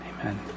Amen